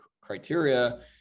criteria